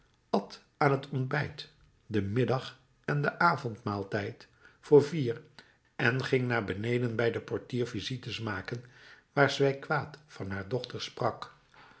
at aan het ontbijt den middag en den avond maaltijd voor vier en ging naar beneden bij den portier visites maken waar zij kwaad van haar dochter sprak